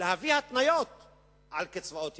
ולהביא התניות לקצבאות ילדים.